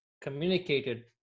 communicated